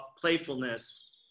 playfulness